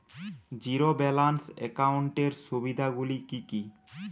Zero balance একাউন্টের সুবিধা গুলি কি কি?